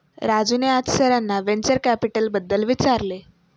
राजूने आज सरांना व्हेंचर कॅपिटलबद्दल विचारले